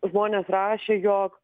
žmonės rašė jog